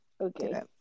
Okay